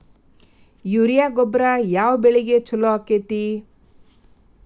Urea ಗೊಬ್ಬರ ಯಾವ ಬೆಳಿಗೆ ಛಲೋ ಆಕ್ಕೆತಿ?